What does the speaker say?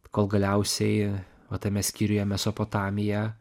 kol galiausiai va tame skyriuje mesopotamija